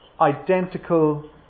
identical